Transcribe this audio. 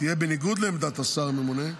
תהיה בניגוד לעמדת השר הממונה,